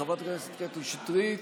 חברת הכנסת קטי שטרית,